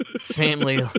family